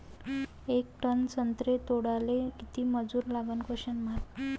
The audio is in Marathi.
येक टन संत्रे तोडाले किती मजूर लागन?